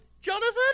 Jonathan